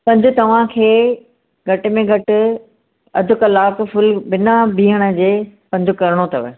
पंधु तव्हां खे घटि में घटि अधु कलाकु फुल बिना बीहण जे पंधु करणो अथव